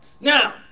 Now